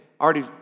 already